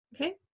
Okay